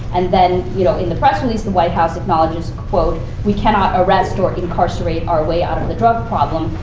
and then you know in the press release, the white house acknowledges, quote, we cannot arrest or incarcerate our way out of the drug problem.